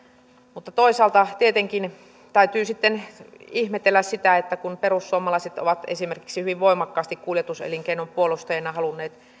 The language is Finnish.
mutta toisaalta tietenkin täytyy sitten ihmetellä sitä että kun perussuomalaiset ovat esimerkiksi hyvin voimakkaasti kuljetuselinkeinon puolustajina halunneet